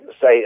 say